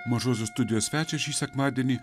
mažosios studijos svečias šį sekmadienį